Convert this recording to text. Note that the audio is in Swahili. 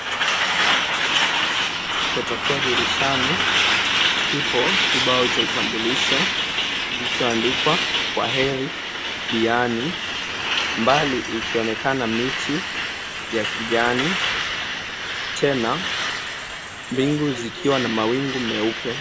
Kutokea dirishani, kipo kibao cha utambulisho kilichoandikwa, Kwaheri Diani. Mbali ikionekana miti ya kijani, tena mbingu zikiwa na mawingu meupe.